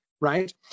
right